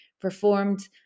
performed